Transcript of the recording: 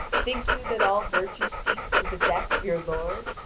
think you that all virtue ceased with the death of your lord?